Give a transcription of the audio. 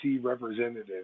representative